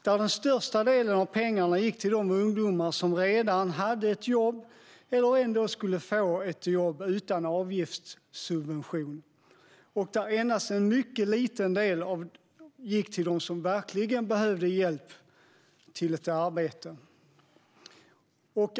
Den största delen av pengarna gick till de ungdomar som redan hade ett jobb eller ändå skulle få det, även utan avgiftssubvention. Endast en mycket liten del gick till dem som verkligen behövde hjälp att få ett arbete.